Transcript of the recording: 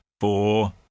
four